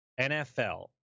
NFL